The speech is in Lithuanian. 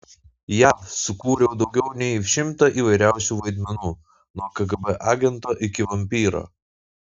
jav sukūriau daugiau nei šimtą įvairiausių vaidmenų nuo kgb agento iki vampyro